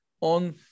on